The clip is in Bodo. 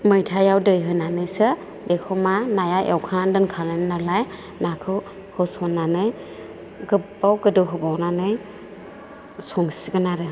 मैथायाव दै होनानैसो बेखौ मा नाया एवखांना दोनखानाय नालाय नाखौ होसननानै गोबाव गोदौ होबावनानै संसिगोन आरो